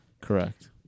Correct